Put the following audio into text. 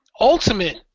ultimate